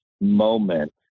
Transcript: moment